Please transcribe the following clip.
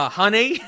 honey